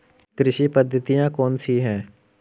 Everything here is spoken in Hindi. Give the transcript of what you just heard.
कृषि पद्धतियाँ कौन कौन सी हैं?